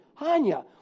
Hanya